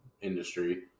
industry